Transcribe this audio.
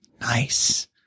Nice